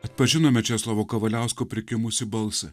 atpažinome česlovo kavaliausko prikimusį balsą